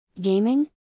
Gaming